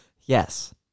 Yes